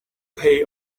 pay